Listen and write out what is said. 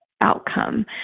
outcome